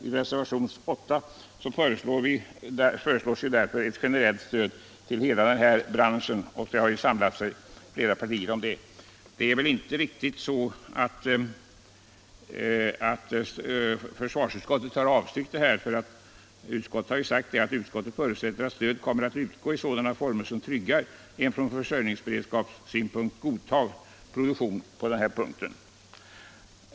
I reservation 8 föreslås därför eu generellt stöd till hela denna del av branschen, och bakom detta förslag har Nera partier samlat sig. Det är inte riktigt att försvarsutskottet har avstyrkt detta förslag. Utskottet har nämligen sagt att det förutsätter att stöd kommer att utgå i sådana former som tryggar en från försörjningsberedskapssynpunkt godtagbar produktion på detta område.